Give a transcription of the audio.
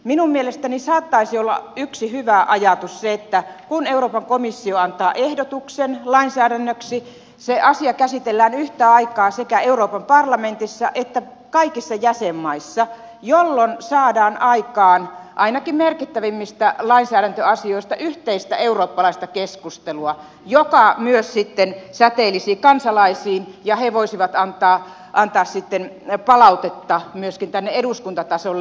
minun mielestäni saattaisi olla yksi hyvä ajatus se että kun euroopan komissio antaa ehdotuksen lainsäädännöksi se asia käsitellään yhtä aikaa sekä euroopan parlamentissa että kaikissa jäsenmaissa jolloin saadaan aikaan ainakin merkittävimmistä lainsäädäntöasioista yhteistä eurooppalaista keskustelua joka myös sitten säteilisi kansalaisiin ja he voisivat antaa sitten palautetta myöskin tänne eduskuntatasolle